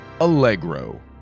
Allegro